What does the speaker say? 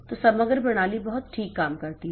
तो समग्र प्रणाली बहुत ठीक काम करती है